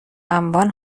انبان